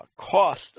cost